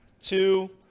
two